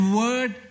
word